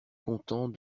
contents